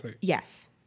Yes